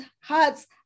hearts